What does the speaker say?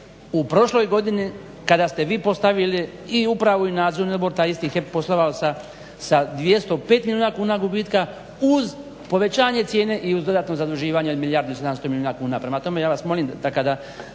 u prošloj godini kada ste vi postavili i upravu i nadzorni odbor taj isti HEP poslovao sa 205 milijuna kuna dobitka uz povećanje cijene i uz dodatno zaduživanje milijardu 700 milijuna kuna.